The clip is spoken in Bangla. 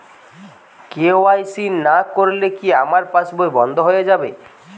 কে.ওয়াই.সি না করলে কি আমার পাশ বই বন্ধ হয়ে যাবে?